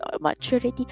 maturity